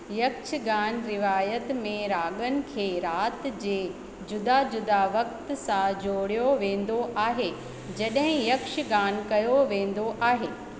यक्षगान रिवाइत में राॻनि खे राति जे जुदा जुदा वक़्त सां जोड़ियो वेंदो आहे जॾहिं यक्षगान कयो वेंदो आहे